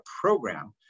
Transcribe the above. program